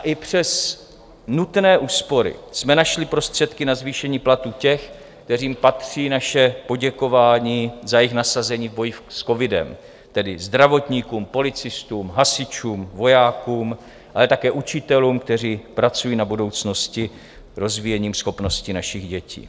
I přes nutné úspory jsme našli prostředky na zvýšení platů těch, kterým patří naše poděkování za jejich nasazení v boji s covidem, tedy zdravotníkům, policistům, hasičům, vojákům, ale také učitelům, kteří pracují na budoucnosti rozvíjením schopnosti našich dětí.